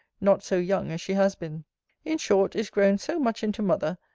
not so young as she has been in short, is grown so much into mother,